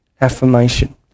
affirmation